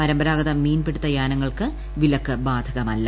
പരമ്പരാഗത മീൻപിടുത്ത യാനങ്ങൾക്ക് വിലക്ക് ബാധകമല്ല